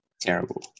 Terrible